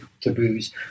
taboos